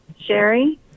Sherry